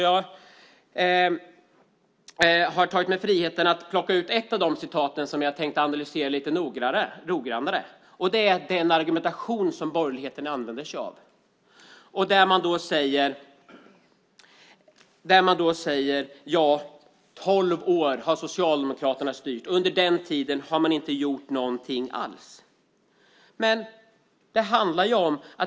Jag har plockat ut ett citat som jag tänker analysera lite noggrannare, nämligen den argumentation som borgerligheten använder sig av. De säger: Socialdemokraterna har styrt i tolv år. Under den tiden har man inte gjort någonting alls.